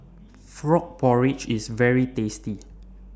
Frog Porridge IS very tasty